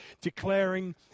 declaring